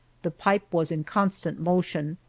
the pipe was in constant motion.